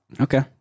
Okay